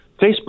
Facebook